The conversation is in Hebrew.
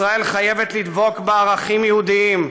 ישראל חייבת לדבוק בערכים יהודיים.